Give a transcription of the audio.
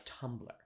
Tumblr